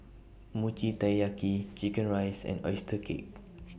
Mochi Taiyaki Chicken Rice and Oyster Cake